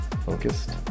focused